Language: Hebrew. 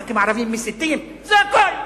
הח"כים הערבים מסיתים, זה הכול.